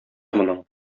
моның